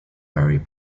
very